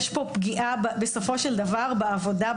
יש פה פגיעה בסופו של דבר בעבודה,